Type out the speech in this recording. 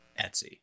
Etsy